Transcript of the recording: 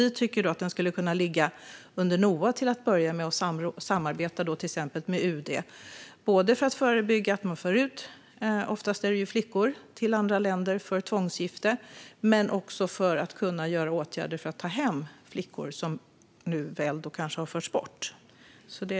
Vi tycker att den skulle kunna ligga under NOA till att börja med och till exempel samarbeta med UD, både för att förebygga att man för ut flickor - oftast är det ju flickor - till andra länder för tvångsgifte men också för att kunna vidta åtgärder för att ta hem flickor som kanske har förts bort.